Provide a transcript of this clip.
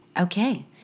Okay